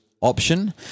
option